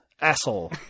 asshole